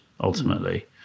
ultimately